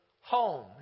home